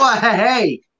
hey